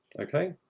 okay?